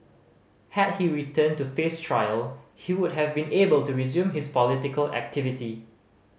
had he returned to face trial he would have been able to resume his political activity